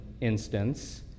instance